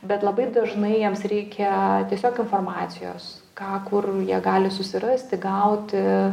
bet labai dažnai jiems reikia tiesiog informacijos ką kur jie gali susirasti gauti